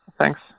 Thanks